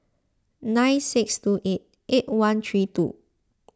nine six two eight eight one three two